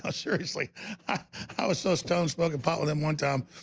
ah seriously i was so stoned smoking pot with him one time.